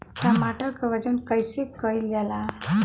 टमाटर क वजन कईसे कईल जाला?